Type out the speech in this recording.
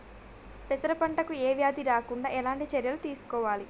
పెరప పంట కు ఏ వ్యాధి రాకుండా ఎలాంటి చర్యలు తీసుకోవాలి?